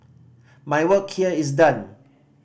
my work here is done